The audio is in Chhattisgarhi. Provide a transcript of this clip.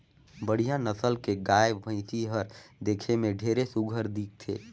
बड़िहा नसल के गाय, भइसी हर देखे में ढेरे सुग्घर दिखथे